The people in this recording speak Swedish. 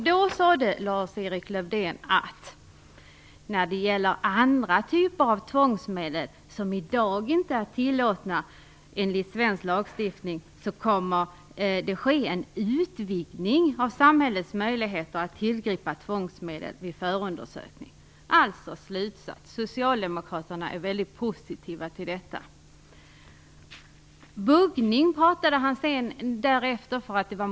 Då sade Lars-Erik Lövdén att när det gäller andra typer av tvångsmedel som i dag inte är tillåtna enligt svensk lagstiftning kommer det att ske en utvidgning av samhällets möjligheter att tillgripa tvångsmedel vid förundersökning. Slutsatsen blir alltså att Socialdemokraterna är väldigt positiva till detta. Därefter pratade Lars-Erik Lövdén om buggning.